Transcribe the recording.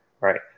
right